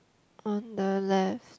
on the left